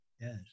yes